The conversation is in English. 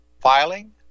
filing